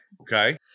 Okay